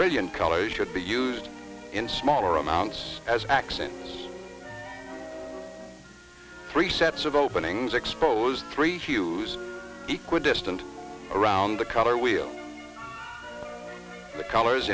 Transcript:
brilliant colors should be used in smaller amounts as accents three sets of openings expose three hues equal distant around the color wheel the colors